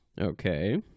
Okay